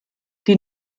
die